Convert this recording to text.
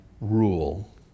rule